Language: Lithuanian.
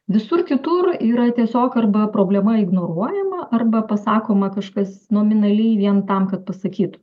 visur kitur yra tiesiog arba problema ignoruojama arba pasakoma kažkas nominaliai vien tam kad pasakytų